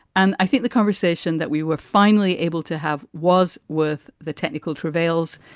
and i think the conversation that we were finally able to have was with the technical travails.